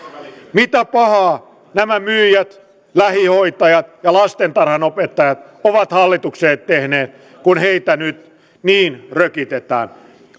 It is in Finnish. mitä pahaa nämä myyjät lähihoitajat ja lastentarhanopettajat ovat hallitukselle tehneet kun heitä nyt niin rökitetään